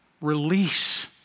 Release